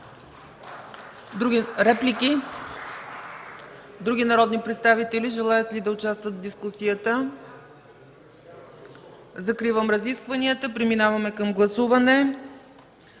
Реплики? Други народни представители желаят ли да участват в дискусията? Закривам разискванията и преминаваме към гласуване.